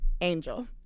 Angel